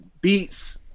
beats